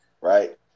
right